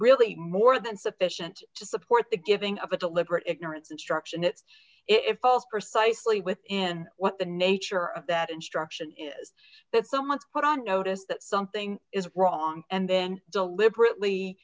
really more than sufficient to support the giving of a deliberate ignorance obstructionist if falls precisely within what the nature of that instruction is that so much put on notice that something is wrong and then deliberately